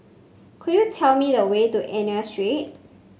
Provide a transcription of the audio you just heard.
could you tell me the way to Ernani Street